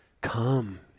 Come